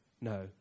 no